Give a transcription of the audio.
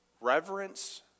reverence